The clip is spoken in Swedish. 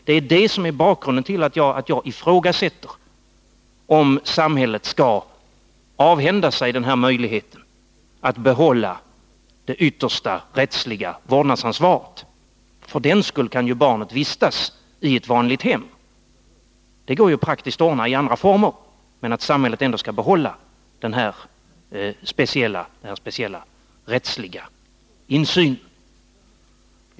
Detta är bakgrunden till att jag ifrågasätter om samhället skall avhända sig möjligheten att behålla det yttersta rättsliga vårdnadsansvaret. För den skull kan ju barnet vistas i ett vanligt hem. Det går ju att praktiskt ordna detta i andra former, men samhället bör ändå behålla den här speciella rättsliga insynen.